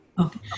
Okay